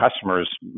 customers